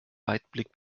weitblick